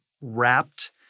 wrapped